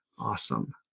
awesome